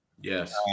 Yes